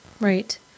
Right